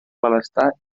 malestar